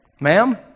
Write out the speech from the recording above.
Ma'am